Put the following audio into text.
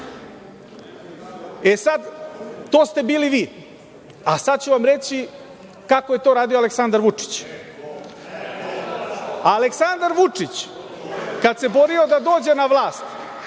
E, sad to ste bili vi, a sad ću vam reći kako je to radio Aleksandar Vučić. Aleksandar Vučić, kada se borio da dođe na vlast,